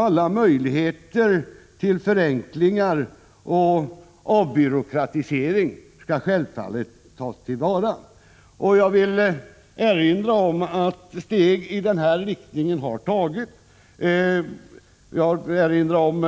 Alla möjligheter till förenklingar och avbyråkratisering skall självfallet tas till vara. Steg i den riktningen har också tagits. Jag vill erinra om